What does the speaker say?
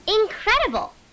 Incredible